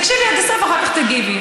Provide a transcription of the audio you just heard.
תקשיבי עד הסוף, אחר כך תגיבי.